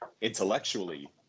Intellectually